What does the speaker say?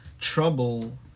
trouble